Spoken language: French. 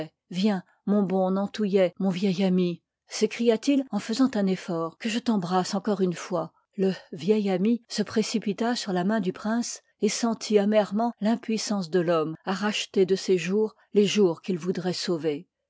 viens mon bon nantouillet mon vieil ami sëcria t il en faisant un effort que je t'embrasse encore une fois j le sieil ami se précipita sur la main du prince et sentit amèrement l'impuissance de l'homme à racheter de ses jours les jours qu'il voudroit sauver